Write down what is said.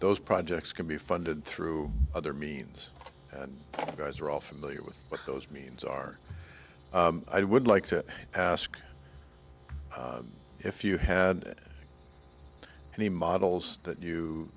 those projects can be funded through other means and guys are all familiar with what those means are i would like to ask if you had any models that you